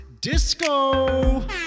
Disco